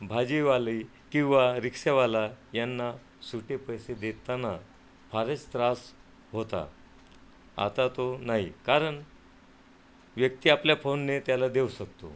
भाजीवाली किंवा रिक्षावाला यांना सुटे पैसे देताना फारच त्रास होता आता तो नाही कारण व्यक्ती आपल्या फोनने त्याला देऊ शकतो